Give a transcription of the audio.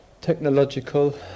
technological